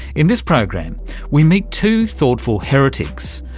in this program we meet two thoughtful heretics.